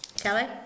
kelly